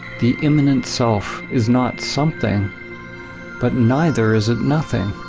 the immanent self is not something but neither is it nothing.